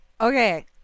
Okay